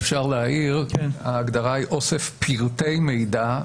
ההגדרה היא "אוסף פרטי מידע",